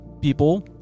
people